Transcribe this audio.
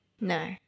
No